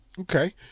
Okay